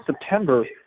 September